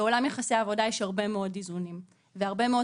בעולם יחסי העבודה יש הרבה מאוד איזונים והרבה מאוד